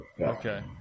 Okay